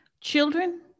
children